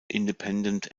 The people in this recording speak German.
independent